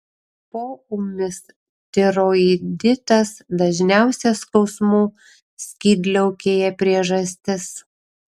poūmis tiroiditas dažniausia skausmų skydliaukėje priežastis